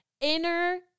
inner